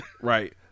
Right